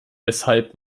weshalb